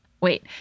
Wait